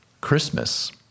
Christmas